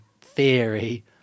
theory